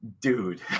dude